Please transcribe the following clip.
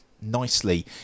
nicely